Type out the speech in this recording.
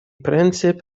принцип